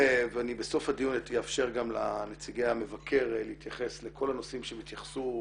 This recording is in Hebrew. בסוף הדיון אני אאפשר גם לנציגי המבקר להתייחס לכל הנושאים שהם התייחסו.